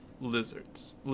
lizards